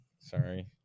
Sorry